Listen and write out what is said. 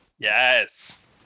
Yes